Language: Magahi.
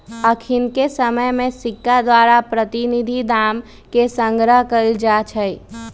अखनिके समय में सिक्का द्वारा प्रतिनिधि दाम के संग्रह कएल जाइ छइ